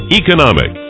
economic